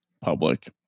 public